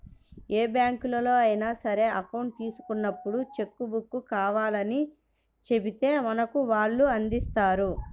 ఏ బ్యాంకులో అయినా సరే అకౌంట్ తీసుకున్నప్పుడే చెక్కు బుక్కు కావాలని చెబితే మనకు వాళ్ళు అందిస్తారు